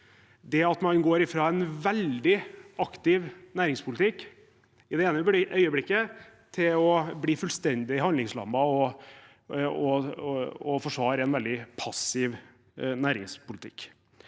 Da går man fra en veldig aktiv næringspolitikk i det ene øyeblikket til å bli fullstendig handlingslammet og forsvare en veldig passiv næringspolitikk